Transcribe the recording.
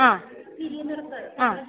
ആ തിരിയുന്നിടത്ത് ആ